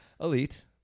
Elite